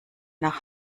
nach